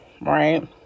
Right